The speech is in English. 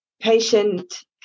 patient